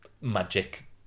magic